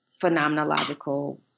phenomenological